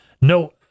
no